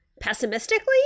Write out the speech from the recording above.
pessimistically